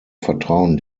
vertrauen